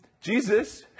Jesus